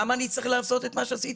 למה אני צריך לעשות את מה שעשיתי?